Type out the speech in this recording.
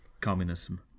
communism